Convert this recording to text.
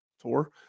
Tour